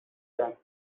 done